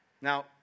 Now